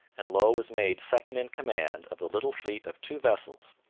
and low was made second in command of the little fleet of two vessels,